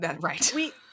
Right